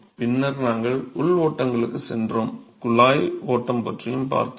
பின்னர் நாங்கள் உள் ஓட்டங்களுக்குச் சென்றோம் குழாய் ஓட்டம் பற்றியும் பார்த்தோம்